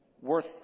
Worth